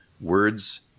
words